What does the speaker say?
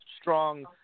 strong –